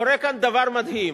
קורה כאן דבר מדהים: